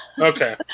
Okay